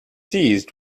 seized